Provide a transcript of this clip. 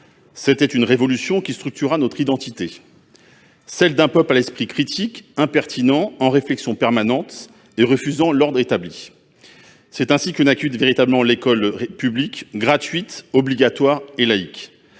C'était une révolution qui allait structurer notre identité, celle d'un peuple à l'esprit critique et impertinent, en réflexion permanente et refusant l'ordre établi. C'est ainsi que naquit véritablement l'école publique, gratuite, obligatoire et laïque,